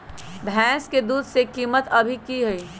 भैंस के दूध के कीमत अभी की हई?